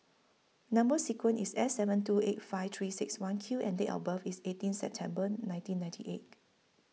Number sequence IS S seven two eight five three six one Q and Date of birth IS eighteen September nineteen ninety eight